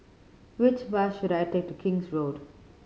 which bus should I take to King's Road